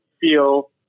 feel